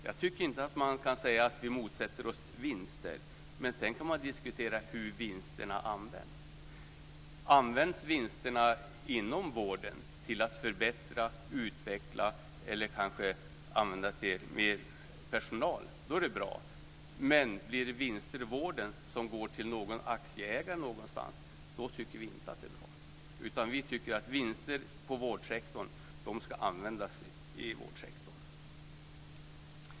Jag tycker inte att man kan säga att vi motsätter oss vinster. Men man kan diskutera hur vinsterna används. Om vinsterna används inom vården till att förbättra och utveckla den eller kanske till mer personal är det bra. Men om vinster i vården går till någon aktieägare någonstans tycker vi inte att det är bra. Vi tycker att vinster i vårdsektorn ska användas i vårdsektorn.